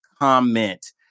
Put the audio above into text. comment